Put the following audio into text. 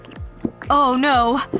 oh no.